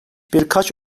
birkaç